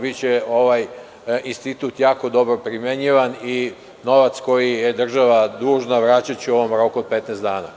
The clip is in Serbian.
Biće ovaj institut jako dobro primenjivan i novac koji je država dužna vraćaće u ovom roku od 15 dana.